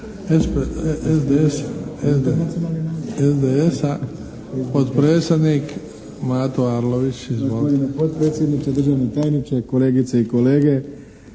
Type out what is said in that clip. SDP-a, potpredsjednik Mato Arlović. Izvolite.